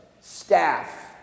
staff